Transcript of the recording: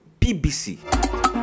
PBC